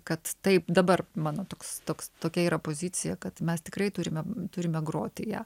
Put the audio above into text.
kad taip dabar mano toks toks tokia yra pozicija kad mes tikrai turime turime groti ją